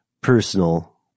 Personal